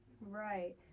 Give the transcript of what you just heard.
Right